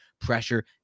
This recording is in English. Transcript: pressure